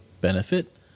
benefit